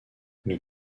nous